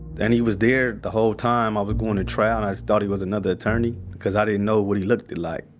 and he was there the whole time i was going to trial and i just thought he was another attorney cause i didn't know what he looked like.